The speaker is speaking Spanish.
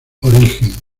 origen